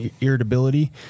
irritability